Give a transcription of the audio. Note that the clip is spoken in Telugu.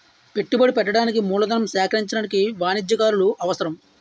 పెట్టుబడి పెట్టడానికి మూలధనం సేకరించడానికి వాణిజ్యకారులు అవసరం